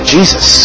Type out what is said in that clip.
Jesus